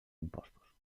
impostos